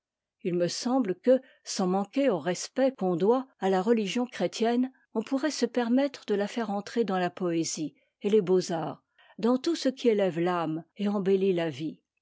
it me semble que sans manquer au respect qu'on doit à la religion chrétienne on pourrait se permettre de la faire entrer dans la poésie et les beaux-arts dans tout ce qui élève l'âme et embellit la vie